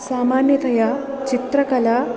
सामान्यतया चित्रकला